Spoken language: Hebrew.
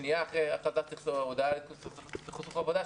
שנייה אחרי סכסוך עבודה,